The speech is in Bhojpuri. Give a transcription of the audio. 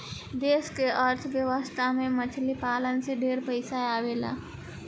देश के अर्थ व्यवस्था में मछली पालन से ढेरे पइसा आवेला